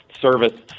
service